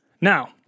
Now